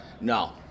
No